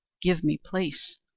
give me place,